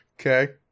Okay